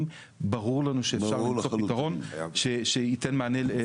ברור לנו שאפשר למצוא פתרון שייתן מענה לכולם.